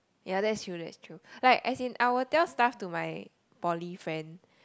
ya that's true that's true like as in I will tell stuff to my poly friend